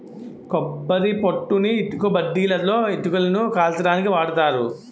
కొబ్బరి పొట్టుని ఇటుకబట్టీలలో ఇటుకలని కాల్చడానికి వాడతారు